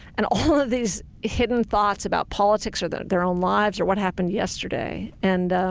and all of these hidden thoughts about politics or their their own lives or what happened yesterday. and